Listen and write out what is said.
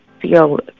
feel